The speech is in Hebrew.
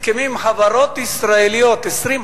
על הסכמים עם 20 חברות ישראליות שאמורות